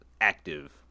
active